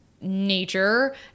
nature